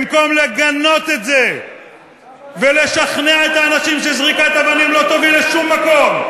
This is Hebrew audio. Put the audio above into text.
במקום לגנות את זה ולשכנע את האנשים שזריקת אבנים לא תוביל לשום מקום,